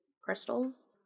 crystals